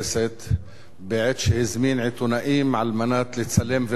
בעת שהזמין עיתונאים על מנת לצלם ולחזות